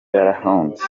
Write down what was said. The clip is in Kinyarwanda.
yarahunze